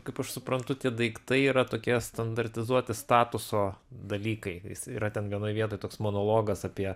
kaip aš suprantu tie daiktai yra tokie standartizuoti statuso dalykai jis yra ten vienoj vietoj toks monologas apie